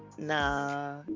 nah